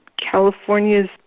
California's